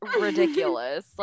ridiculous